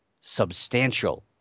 Substantial